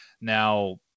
Now